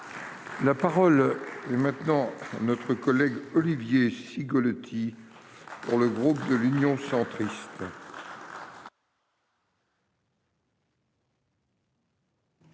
la parole est maintenant notre collègue Olivier Cigolotti pour le groupe de l'Union centriste.